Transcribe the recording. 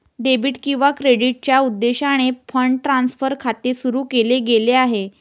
debit किंवा क्रेडिटच्या उद्देशाने फंड ट्रान्सफर खाते सुरू केले गेले आहे